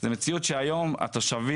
לצד הערכה גדולה של הפעילות של הצבא.